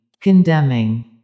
Condemning